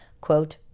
quote